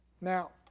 Now